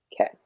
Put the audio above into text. Okay